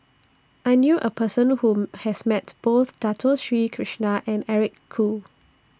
I knew A Person Who has Met Both Dato Sri Krishna and Eric Khoo